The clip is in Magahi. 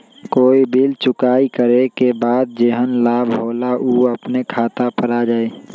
कोई बिल चुकाई करे के बाद जेहन लाभ होल उ अपने खाता पर आ जाई?